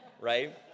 right